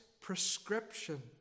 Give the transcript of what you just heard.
prescription